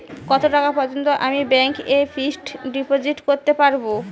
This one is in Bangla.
কত টাকা পর্যন্ত আমি ব্যাংক এ ফিক্সড ডিপোজিট করতে পারবো?